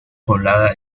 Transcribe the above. poblada